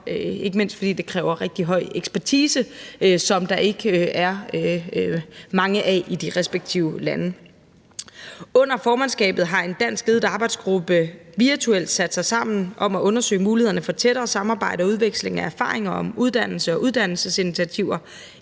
ikke mindst fordi det kræver rigtig høj ekspertise, som der ikke er meget af i de respektive lande. Under formandskabet har en danskledet arbejdsgruppe virtuelt sat sig sammen for at undersøge mulighederne for tættere samarbejde og udveksling af erfaringer med uddannelse og uddannelsesinitiativer